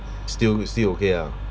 still still okay ah